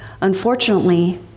unfortunately